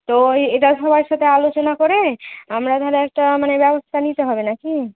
তো এ এটা সবাইয়ের সাথে আলোচনা করে আমরা তাহলে একটা মানে ব্যবস্থা নিতে হবে না কি